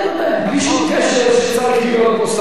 בלי שום קשר צריך להיות פה שר תורן.